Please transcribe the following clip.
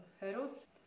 hurdles